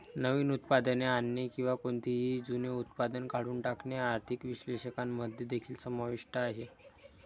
नवीन उत्पादने आणणे किंवा कोणतेही जुने उत्पादन काढून टाकणे आर्थिक विश्लेषकांमध्ये देखील समाविष्ट आहे